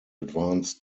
advanced